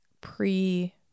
pre